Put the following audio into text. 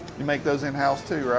you make those in-house too?